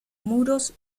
muros